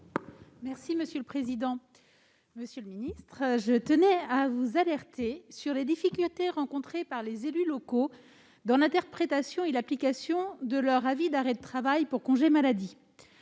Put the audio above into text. Monsieur le secrétaire d'État, je souhaitais vous alerter sur les difficultés rencontrées par les élus locaux dans l'interprétation et l'application de leur avis d'arrêt de travail pour congé maladie.